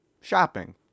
shopping